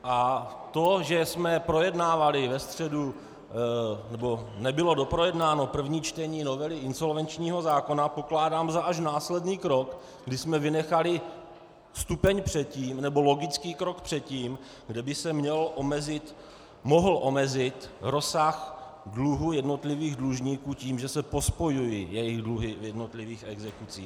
A to, že jsme projednávali ve středu, nebo nebylo doprojednáno první čtení novely insolvenčního zákona, pokládám až za následný krok, kdy jsme vynechali stupeň předtím, nebo logický krok předtím, kde by se mohl omezit rozsah dluhu jednotlivých dlužníků tím, že se pospojují jejich dluhy v jednotlivých exekucích.